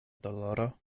doloro